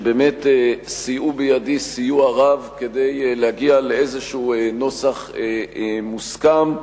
שסייעו בידי סיוע רב כדי להגיע לנוסח מוסכם.